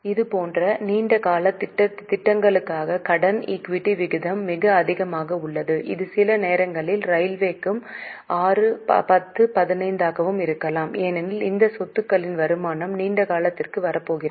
இதுபோன்ற நீண்ட கால திட்டங்களுக்கான கடன் ஈக்விட்டி விகிதம் மிக அதிகமாக உள்ளது இது சில நேரங்களில் ரயில்வேக்கு 6 10 15 ஆகவும் இருக்கலாம் ஏனெனில் இந்த சொத்துகளின் வருமானம் நீண்ட காலத்திற்கு வரப்போகிறது